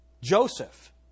Joseph